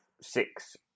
six